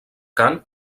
cant